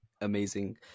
amazing